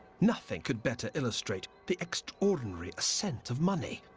nothing could better illustrate the extraordinary ascent of money.